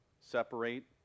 separate